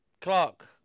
clark